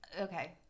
Okay